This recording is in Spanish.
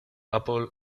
apple